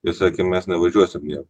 ji sakė mes nevažiuosim niekur